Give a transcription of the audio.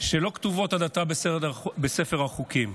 שלא כתובות עד עתה בספר החוקים.